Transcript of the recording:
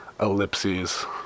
Ellipses